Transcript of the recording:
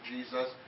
Jesus